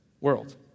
world